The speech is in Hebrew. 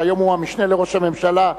שהיום הוא המשנה לראש הממשלה,